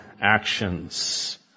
actions